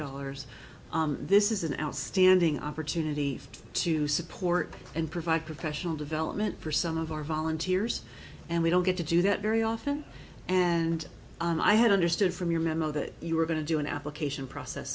dollars this is an outstanding opportunity to support and provide professional development for some of our volunteers and we don't get to do that very often and i had understood from your memo that you were going to do an application process